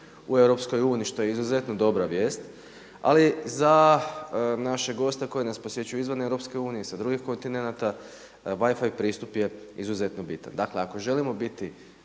u EU što je izuzetno dobra vijest, ali za našeg gosta koji nas posjećuje izvan EU i sa drugih kontinenata WiFi pristup je izuzetno bitan. Dakle, ako želimo biti